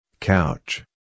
Couch